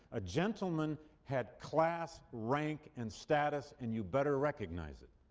a gentleman had class, rank, and status, and you better recognize it.